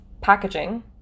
packaging